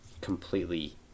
completely